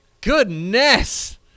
goodness